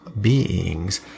beings